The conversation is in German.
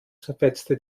zerfetzte